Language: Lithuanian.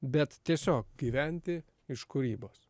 bet tiesiog gyventi iš kūrybos